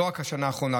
לא רק בשנה האחרונה,